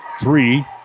three